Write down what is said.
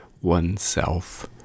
oneself